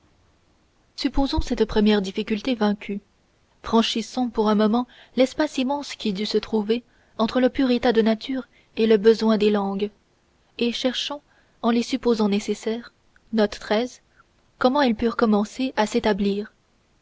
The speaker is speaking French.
supposons cette première difficulté vaincue franchissons pour un moment l'espace immense qui dut se trouver entre le pur état de nature et le besoin des langues et cherchons en les supposant nécessaires comment elles purent commencer à s'établir